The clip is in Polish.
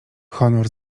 honor